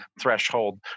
threshold